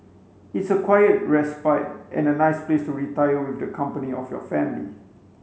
it's a quiet respite and a nice place to retire with the company of your family